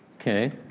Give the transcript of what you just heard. Okay